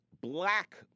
black